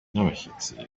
n’abashyitsi